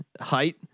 height